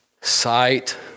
sight